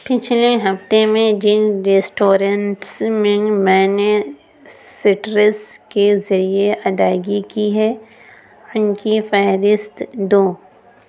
پچھلے ہفتے میں جن ریسٹورنٹس میں میں نے سٹرس کے ذریعے ادائیگی کی ہے ان کی فہرست دو